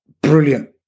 brilliant